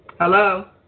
Hello